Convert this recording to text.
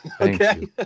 Okay